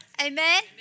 Amen